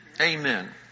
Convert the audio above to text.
Amen